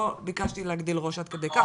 לא ביקשתי להגדיל ראש עד כדי כך.